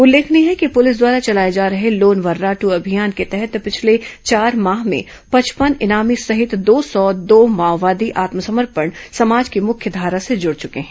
उल्लेखनीय है कि पुलिस द्वारा चलाए जा रहे लोन वर्रादू अभियान के तहत पिछले चार माह में पचपन इनामी सहित दो सौ दो माओवादी आत्मसमर्पण कर समाज की मुख्यधारा से जुड़ चुके हैं